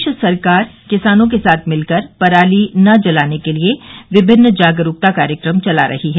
प्रदेश सरकार किसानों के साथ मिलकर पराली न जलाने के लिए विभिन्न जागरूकता कार्यक्रम चला रही है